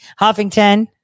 Huffington